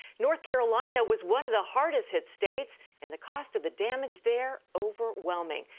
north carolina was one of the hardest hit states, and the cost of the damage there overwhelming.